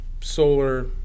solar